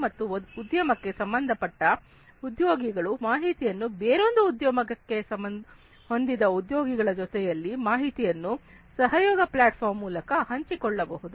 ಒಂದು ಉದ್ಯಮಕ್ಕೆ ಸಂಬಂಧಪಟ್ಟ ಉದ್ಯೋಗಿಗಳು ಮಾಹಿತಿಯನ್ನು ಬೇರೊಂದು ಉದ್ಯಮಕ್ಕೆ ಹೊಂದಿದ ಉದ್ಯೋಗಿಗಳ ಜೊತೆಯಲ್ಲಿ ಮಾಹಿತಿಯನ್ನು ಕೊಲ್ಯಾಬೊರೇಟಿವ್ ಪ್ಲಾಟ್ಫಾರ್ಮ್ ಮೂಲಕ ಹಂಚಿ ಕೊಳ್ಳಬಹುದು